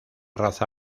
raza